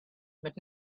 but